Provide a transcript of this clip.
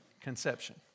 conception